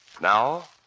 Now